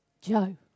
Joe